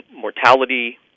mortality